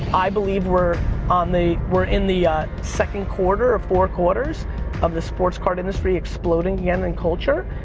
i believe we're on the, we're in the ah second quarter of four quarters of the sports card industry exploding again and culture.